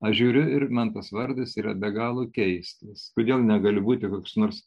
aš žiūriu ir man tas vardas yra be galo keistas kodėl negaliu būti koks nors